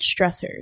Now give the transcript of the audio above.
stressors